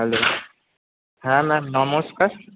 hello হ্যাঁ ma'am নমস্কার